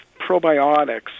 probiotics